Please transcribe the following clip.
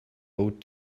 boat